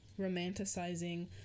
romanticizing